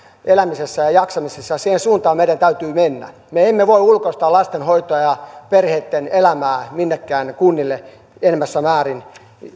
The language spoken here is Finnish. elämisessä ja jaksamisessa ja siihen suuntaan meidän täytyy mennä me emme voi ulkoistaa lasten hoitoa ja perheitten elämää minnekään kunnille enenevässä määrin